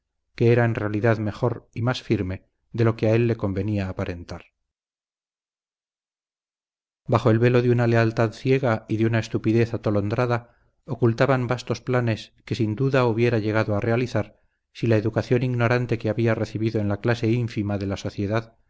que era en realidad mejor y mas firme de lo que a él le convenía aparentar bajo el velo de una lealtad ciega y de una estupidez atolondrada ocultaban vastos planes que sin duda hubiera llegado a realizar si la educación ignorante que había recibido en la clase ínfima de la sociedad